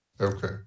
Okay